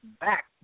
back